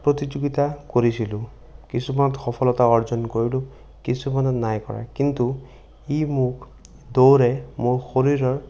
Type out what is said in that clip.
প্ৰতিযোগিতা কৰিছিলোঁ কিছুমানত সফলতাও অৰ্জন কৰিলোঁ কিছুমানত নাই কৰা কিন্তু ই মোক দৌৰে মোৰ শৰীৰৰ